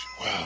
Wow